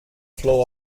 flow